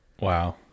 Wow